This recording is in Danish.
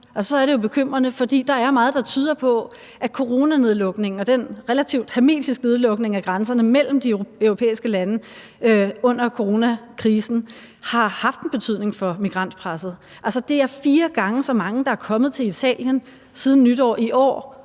det jo bekymrende, for der er meget, der tyder på, at coronanedlukningen og den relativt hermetiske nedlukning af grænserne mellem de europæiske lande under coronakrisen har haft en betydning for migrantpresset. Det er fire gange så mange, der er kommet til Italien siden nytår i år,